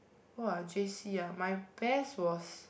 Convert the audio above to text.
!wah! J_C ah my best was